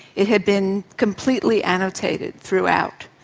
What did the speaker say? it had been completely annotated throughout.